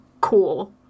cool